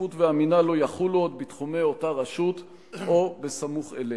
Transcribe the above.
השיפוט והמינהל לא יחולו עוד בתחומי אותה רשות או בסמוך אליה.